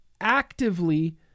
actively